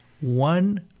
one